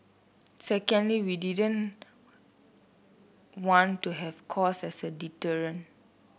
secondly we didn't want to have cost as a deterrent